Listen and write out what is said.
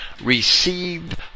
received